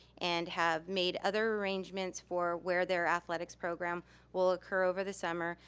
and have made other arrangements for where their athletics program will occur over the summer.